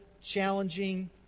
challenging